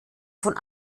von